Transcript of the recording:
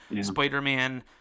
Spider-Man